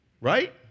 Right